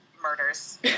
murders